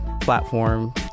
platform